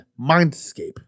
mindscape